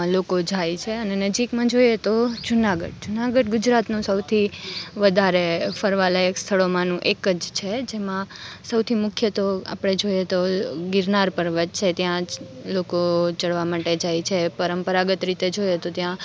લોકો જાય છે અને નજીકમાં જોઈએ તો જુનાગઢ જુનાગઢ ગુજરાતનું સૌથી વધારે ફરવાલાયક સ્થળોમાંનું એક જ છે જેમાં સૌથી મુખ્ય તો આપણે જોઈએ તો ગિરનાર પર્વત છે ત્યાં લોકો ચઢવા માટે જાય છે પરંપરાગત રીતે જોઈએ તો ત્યાં